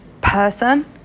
person